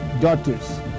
daughters